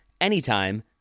anytime